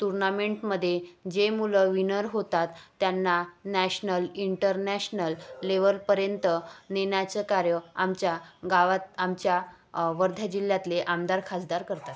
तुर्नामेंटमध्ये जे मुलं विनर होतात त्यांना नॅशनल इंटरनॅशनल लेवलपर्यंत नेण्याचं कार्य आमच्या गावात आमच्या वर्धा जिल्ह्यातले आमदार खासदार करतात